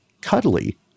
cuddly